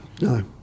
No